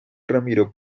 ramiro